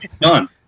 done